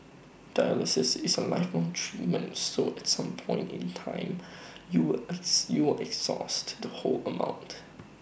dialysis is A lifelong treatment so at some point in time you will ex you will exhaust the whole amount